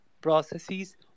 processes